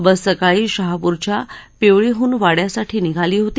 बस सकाळी शहापूरच्या पिवळी हून वाङ्यासाठी निघाली होती